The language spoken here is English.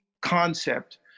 concept